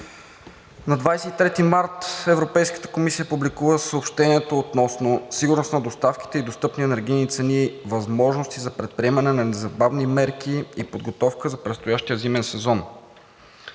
на 23 март Европейската комисия публикува съобщението относно сигурност на доставките и достъпни енергийни цени, възможности за предприемане на незабавни мерки и подготовка за предстоящия зимен сезон.